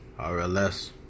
RLS